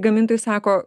gamintojai sako